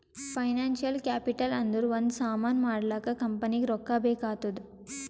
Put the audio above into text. financial capital ಅಂದುರ್ ಒಂದ್ ಸಾಮಾನ್ ಮಾಡ್ಲಾಕ ಕಂಪನಿಗ್ ರೊಕ್ಕಾ ಬೇಕ್ ಆತ್ತುದ್